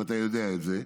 ואתה יודע את זה.